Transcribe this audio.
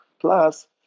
plus